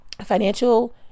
Financial